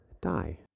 die